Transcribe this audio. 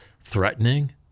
threatening